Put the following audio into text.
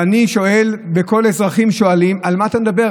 ואני שואל וכל האזרחים שואלים: על מה אתה מדבר?